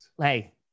Hey